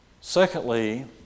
Secondly